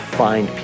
find